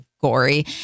gory